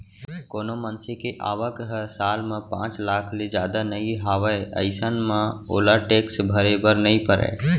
कोनो मनसे के आवक ह साल म पांच लाख ले जादा नइ हावय अइसन म ओला टेक्स भरे बर नइ परय